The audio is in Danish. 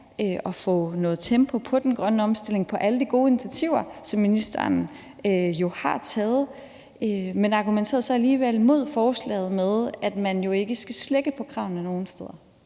at få noget tempo på den grønne omstilling og på alle de gode initiativer, som ministeren jo har taget, men argumenterede så alligevel imod forslaget med, at man jo ikke skal slække på kravene nogen steder.